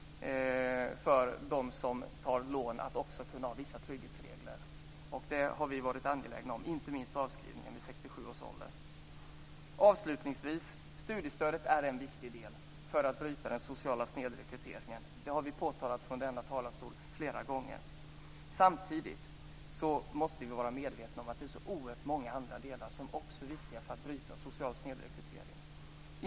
Det har vi varit angelägna om, inte minst när det gäller avskrivning vid 67 års ålder. Avslutningsvis vill jag säga att studiestödet är ett viktigt instrument för att bryta den sociala snedrekryteringen. Det har vi flera gånger tidigare påpekat från denna talarstol. Samtidigt måste vi vara medvetna om att också andra inslag är viktiga för att bryta en social snedrekrytering.